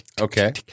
Okay